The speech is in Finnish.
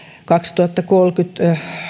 kaksituhattakolmekymmentä